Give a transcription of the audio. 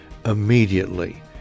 immediately